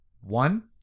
One